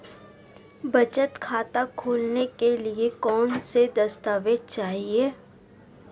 बचत खाता खोलने के लिए कौनसे दस्तावेज़ चाहिए?